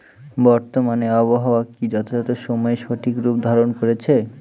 বর্তমানে আবহাওয়া কি যথাযথ সময়ে সঠিক রূপ ধারণ করছে?